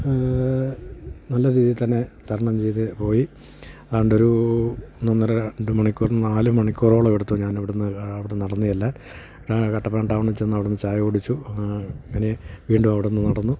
നല്ല രീതിയിൽ തന്നെ തരണം ചെയ്ത് പോയി ആണ്ടൊരു ഒന്നൊന്നര രണ്ട് മണിക്കൂറ് നാല് മണിക്കൂറോളം എടുത്തു ഞാൻ ഇവിടുന്ന് അവിടെ നടന്ന് ചെല്ലാൻ കട്ടപ്പന ടൗണിൽ ചെന്ന് അവിടുന്ന് ചായ കുടിച്ചു അങ്ങനെ വീണ്ടും അവിടുന്ന് നടന്നു